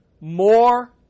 more